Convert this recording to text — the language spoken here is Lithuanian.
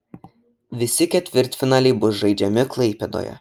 visi ketvirtfinaliai bus žaidžiami klaipėdoje